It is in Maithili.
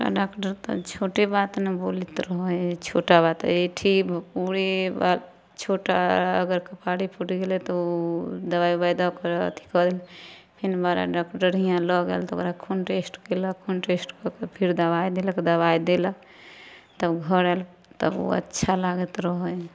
तऽ डॉक्टर तऽ छोटे बात ने बोलैत रहै हइ छोटा बात एहिठाम पूरे छोटा अगर कपारे फुटि गेलै तऽ ओ दवाइ उवाइ दऽके अथी कऽ देलक फेर बड़ा डॉक्टर हिआँ लऽ गेल तऽ ओकरा खून टेस्ट कएलक खून टेस्ट कऽ कऽ फेर दवाइ देलक दवाइ देलक तऽ ओ घर आएल तऽ ओ अच्छा लागैत रहै हइ